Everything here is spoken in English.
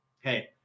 hey